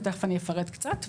ותכף אני אפרט קצת,